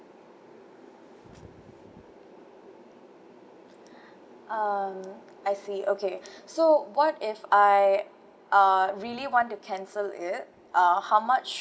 um I see okay so what if I uh really want to cancel it uh how much